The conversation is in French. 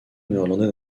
néerlandais